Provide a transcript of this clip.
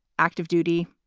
active duty,